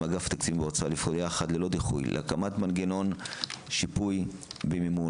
אגף תקציבים באוצר לפעול יחד ללא דיחוי להקמת מנגנון שיפוי ומימון,